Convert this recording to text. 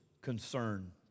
Concern